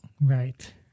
Right